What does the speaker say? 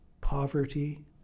poverty